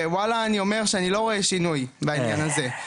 וואלה אני אומר שאני לא רואה שינוי בעניין הזה.